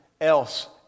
else